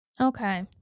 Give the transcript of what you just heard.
Okay